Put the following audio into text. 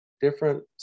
different